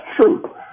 true